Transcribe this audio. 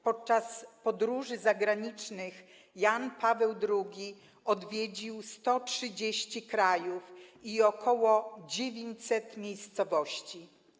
Podczas podróży zagranicznych Jan Paweł II odwiedził 130 krajów i ok. 900 miejscowości.